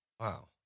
Wow